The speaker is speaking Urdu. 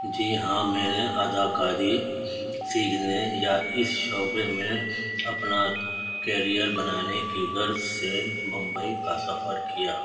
جی ہاں میں نے اداکاری سیکھنے یا اس شعبے میں اپنا کیریئر بنانے کی غرض سے ممبئی کا سفر کیا